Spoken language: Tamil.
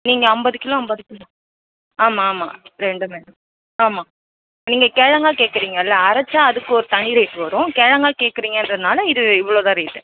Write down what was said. நீங்கள் ஐம்பது கிலோ ஐம்பது கிலோ ஆமாம் ஆமாம் ரெண்டுமே தான் ஆமாம் நீங்கள் கெழங்கா கேட்குறீங்கள்ல அரைச்சா அதுக்கு ஒரு தனி ரேட் வரும் கெழங்கா கேட்குறீங்கன்றதுனால இது இவ்வளோ தான் ரேட்டு